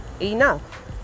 enough